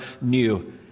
new